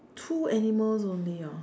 two animals only orh